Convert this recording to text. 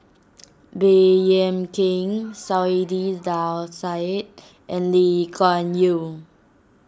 Baey Yam Keng Saiedah Said and Lee Kuan Yew